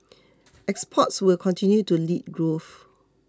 exports will continue to lead growth